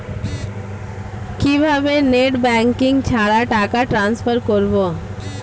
কিভাবে net banking ছাড়া টাকা টান্সফার করব?